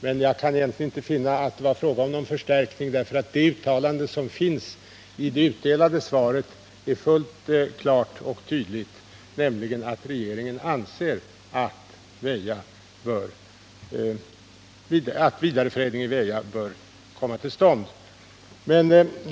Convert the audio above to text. Men jag kan egentligen inte finna att det var fråga om någon förstärkning, eftersom det uttalande jag gjorde i svaret är fullt klart och tydligt, nämligen att regeringen anser att vidareförädling i Väja bör komma till stånd.